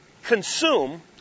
consume